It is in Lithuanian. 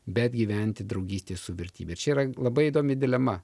bet gyventi draugystėj su vertybe čia yra labai įdomi dilema